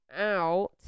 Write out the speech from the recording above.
out